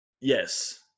Yes